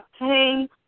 obtain